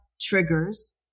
triggers